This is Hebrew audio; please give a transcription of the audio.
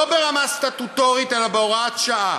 לא ברמה סטטוטורית אלא בהוראת שעה